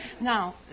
Now